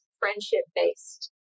friendship-based